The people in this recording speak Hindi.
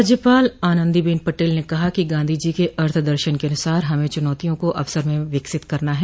राज्यपाल आनन्दीबेन पटेल ने कहा है कि गांधी जी के अर्थ दर्शन के अनुसार हमें चुनौतियों को अवसर में विकसित करना है